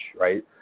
right